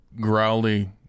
growly